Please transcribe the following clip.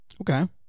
Okay